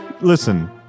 listen